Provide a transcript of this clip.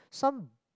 some